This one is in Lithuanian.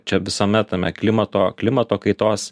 čia visame tame klimato klimato kaitos